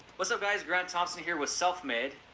what's up guys, grant thompson here with self made.